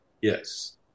Yes